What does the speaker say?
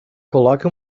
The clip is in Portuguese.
coloque